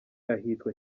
ahitwa